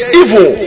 evil